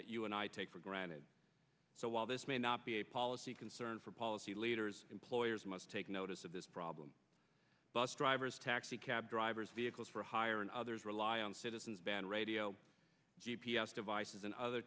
that you and i take for granted so while this may not be a policy concern for policy leaders employers must take notice of this problem bus drivers taxi cab drivers vehicles for hire and others rely on citizens band radio g p s devices and other